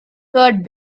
third